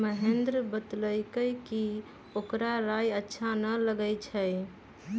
महेंदर बतलकई कि ओकरा राइ अच्छा न लगई छई